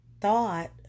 thought